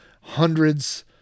hundreds